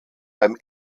beim